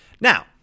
Now